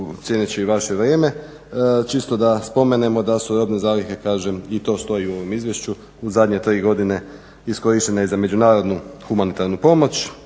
cijeneći vaše vrijeme čisto da spomenemo da su robne zalihe kažem i to stoji u ovom izvješću u zadnje tri godine iskorištene i za međunarodnu humanitarnu pomoć